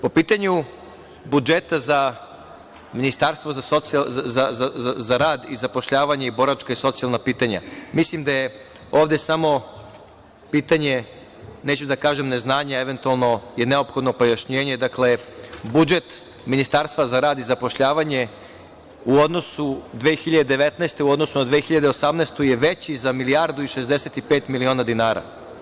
Po pitanju budžeta za Ministarstvo za rad, zapošljavanje i boračka i socijalna pitanja, mislim da je ovde samo pitanje, neću da kažem neznanje, eventualno je neophodno pojašnjenje, dakle, budžet Ministarstva za rad i zapošljavanje 2019. u odnosu 2018. godinu je veći za milijardu i 65 miliona dinara.